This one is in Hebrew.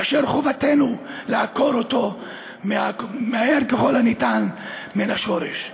שחובתנו לעקור אותו מהר ככל האפשר מן השורש.